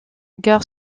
gare